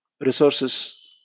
resources